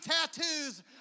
tattoos